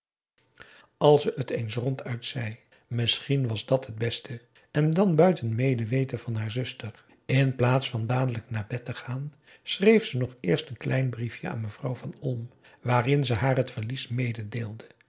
ze het eens ronduit zei misschien was dàt het beste en dan buiten medeweten van haar zuster in plaats van dadelijk naar bed te gaan schreef ze nog eerst een klein briefje aan mevrouw van olm waarin ze haar t verlies